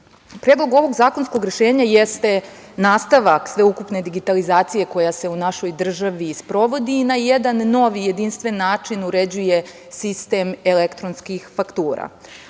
nas. Predlog ovog zakonskog rešenja jeste nastavak sveukupne digitalizacije koja se u našoj državi sprovodi i na jedan novi jedinstveni način uređuje sistem elektronskih faktura.